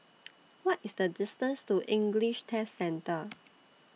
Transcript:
What IS The distance to English Test Centre